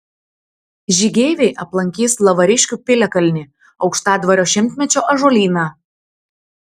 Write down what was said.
žygeiviai aplankys lavariškių piliakalnį aukštadvario šimtmečio ąžuolyną